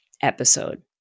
episode